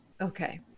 Okay